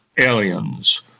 Aliens